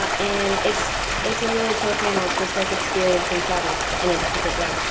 um and it's it's a really chill channel. it's just like experiencing travel in a different way.